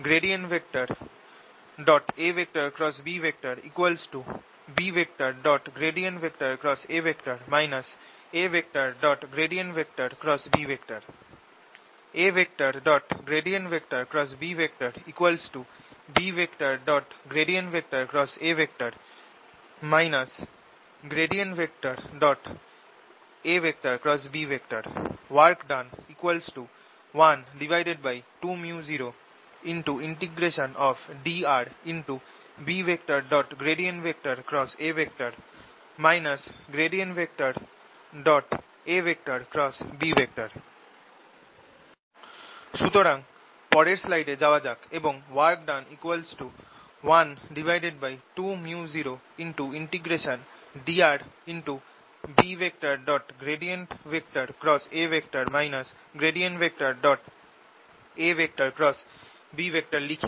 AB B A A AB B A AB work done 12µodrB A AB সুতরাং পরের স্লাইডে যাওয়া যাক এবং work done 12µodrB A AB লিখি